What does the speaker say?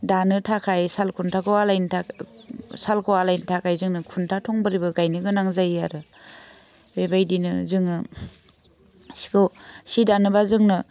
दानो थाखाय सालखुन्थाखौ आलायनो थाखाय सालखौ आलायनो थाखाय जोंनो खुन्था थंब्रैबो गायनो गोनां जायो आरो बेबायदिनो जोङो सिखौ सि दानोबा जोंनो